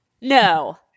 No